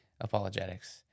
apologetics